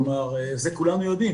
כלומר זה כולנו יודעים,